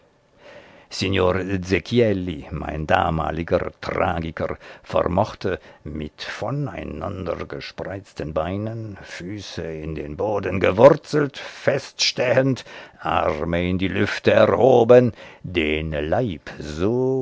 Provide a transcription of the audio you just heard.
mein damaliger tragiker vermochte mit voneinandergespreizten beinen füße in den boden gewurzelt feststehend arme in die lüfte erhoben den leib